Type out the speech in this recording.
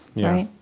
right?